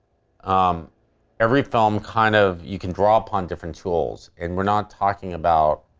um every film kind of, you can draw upon different tools, and we're not talking about